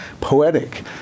poetic